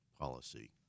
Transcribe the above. policy